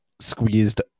squeezed